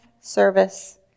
service